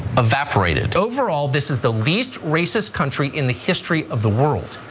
evaporated. overall, this is the least racist country in the history of the world.